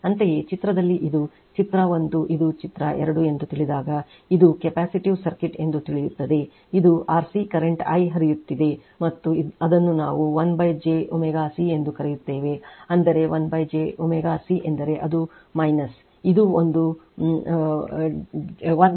ಅಂತೆಯೇ ಚಿತ್ರದಲ್ಲಿ ಇದು ಚಿತ್ರ 1 ಇದು ಚಿತ್ರ 2 ಎಂದು ತಿಳಿದಾಗ ಇದು ಕೆಪ್ಯಾಸಿಟಿವ್ ಸರ್ಕ್ಯೂಟ್ ಎಂದು ತಿಳಿಯುತ್ತದೆ ಇದು ಆರ್ಸಿ ಕರೆಂಟ್ I ಹರಿಯುತ್ತಿದೆ ಮತ್ತು ಅದನ್ನು ನಾವು 1 ಜೆ ω ಸಿ ಎಂದು ಕರೆಯುತ್ತೇವೆ ಅಂದರೆ 1 ಜೆ ω ಸಿ ಎಂದರೆ ಅದು ಇದು ಒಂದು j ω C ಎಂದರೆ ಅದು j ω C